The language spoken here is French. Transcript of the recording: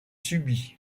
subit